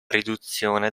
riduzione